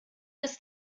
ist